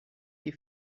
die